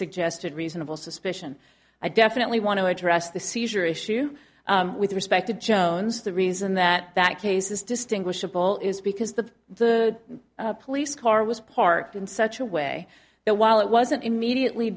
suggested reasonable suspicion i definitely want to address the seizure issue with respect to jones the reason that that case is distinguishable is because the the police car was parked in such a way that while it wasn't immediately